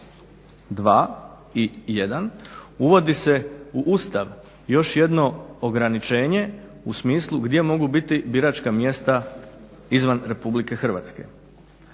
2. i 1. uvodi se u Ustav još jedno ograničenje u smislu gdje mogu biti biračka mjesta izvan Republike Hrvatske.